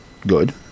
good